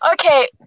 Okay